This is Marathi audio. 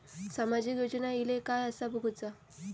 सामाजिक योजना इले काय कसा बघुचा?